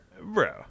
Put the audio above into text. Bro